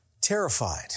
terrified